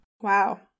Wow